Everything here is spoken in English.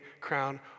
crown